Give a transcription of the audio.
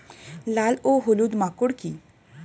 লাল ও হলুদ মাকর কী?